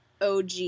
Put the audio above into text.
OG